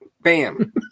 Bam